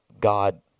God